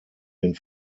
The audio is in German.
den